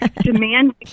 demand